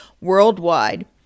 worldwide